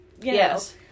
Yes